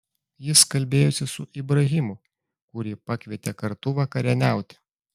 jis kalbėjosi su ibrahimu kurį pakvietė kartu vakarieniauti